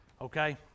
Okay